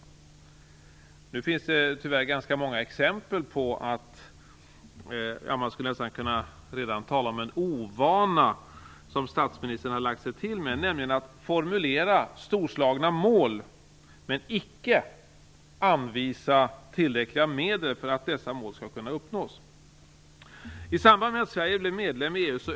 Tyvärr finns det ganska många exempel - man skulle nästan kunna tala om en ovana som statsministern har lagt sig till med - på att man formulerar storslagna mål men icke anvisar tillräckliga medel för att dessa mål skall kunna uppnås.